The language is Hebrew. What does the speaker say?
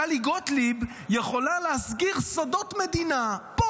טלי גוטליב יכולה להסגיר סודות מדינה פה,